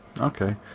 okay